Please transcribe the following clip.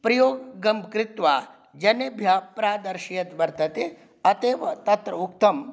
प्रयोगं कृत्वा जनेभ्यः प्रादर्शयत् वर्तते अतः एव तत्र उक्तम्